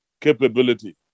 capability